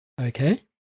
Okay